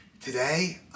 Today